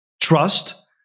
trust